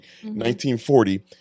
1940